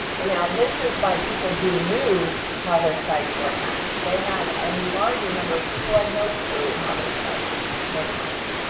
and now, this is by people who knew how their sites were hacked. they had a larger number of people who had no clue how their sites were hacked.